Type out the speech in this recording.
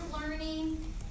learning